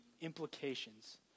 implications